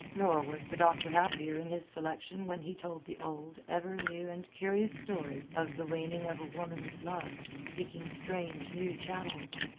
nor was the doctor happier in his selection, when he told the old, ever new and curious story of the waning of a woman's love, seeking strange, new channels,